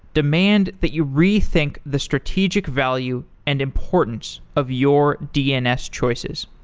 demand that you rethink the strategic value and importance of your dns choices.